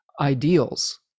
ideals